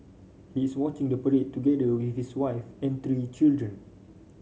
he is watching the parade together with his wife and three children